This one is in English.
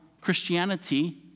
Christianity